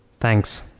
thanks